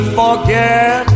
forget